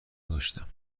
داشتم